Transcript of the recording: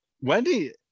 Wendy